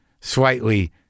slightly